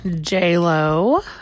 J-Lo